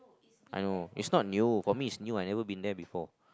I know it's not new for me it's new I never been there before